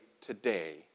today